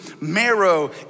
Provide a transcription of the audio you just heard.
marrow